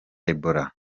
ebola